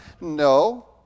No